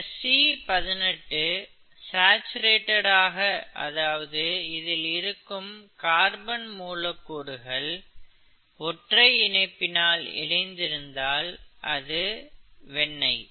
இந்த C18 saturated ஆக அதாவது இதில் இருக்கும் கார்பன் மூலக்கூறுகள் ஒற்றை இணைப்பினால் இணைந்திருந்தால் அது வெண்ணெய்